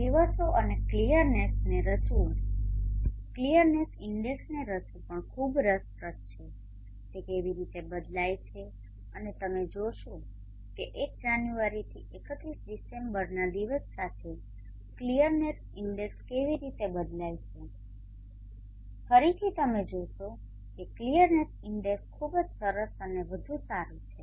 દિવસો અને ક્લિયરનેસ ઇન્ડેક્સને રચવું પણ ખુબ રસપ્રદ છે તે કેવી રીતે બદલાય છે અને તમે જોશો કે 1 જાન્યુઆરીથી 31 ડિસેમ્બરના દિવસ સાથે ક્લિયરનેસ ઇન્ડેક્સ કેવી રીતે બદલાય છે ફરીથી તમે જોશો કે ક્લિયરનેસ ઇન્ડેક્સ ખૂબ સરસ અને વધુ સારું છે